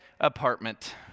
apartment